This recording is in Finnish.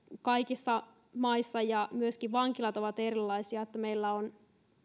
kaikissa maissa myöskin vankilat ovat erilaisia ja meillä on